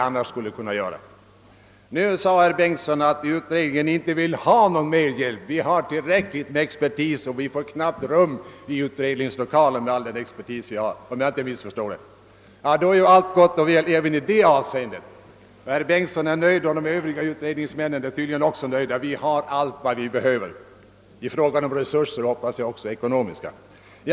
Herr Bengtsson i Varberg sade att utredningen inte vill ha mer hjälp utan har tillräckligt med expertis — man får knappast rum i utredningslokalen med alla experter — om jag inte missförstod hans uppgifter. Då är ju allt gott och väl i det avseendet. Herr Bengtsson var nöjd och tydligen de övriga utredningsmännen också. De har allt de behöver i fråga om resurser — jag hoppas det gäller också de ekono miska resurserna.